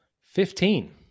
Fifteen